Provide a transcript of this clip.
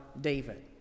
David